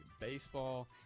Baseball